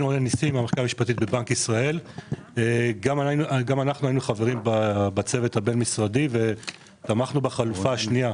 אנחנו היינו חברים בצוות הבין-משרדי ותמכנו בחלופה השנייה,